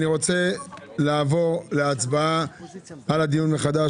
אני רוצה לעבור להצבעה על הדיון מחדש